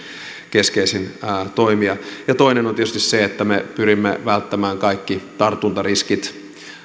keskeisin toimija toinen on tietysti se että me pyrimme välttämään kaikki tartuntariskit